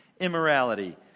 immorality